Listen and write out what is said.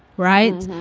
right.